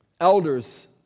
Elders